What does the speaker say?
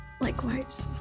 Likewise